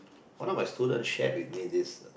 one of my student shared with me this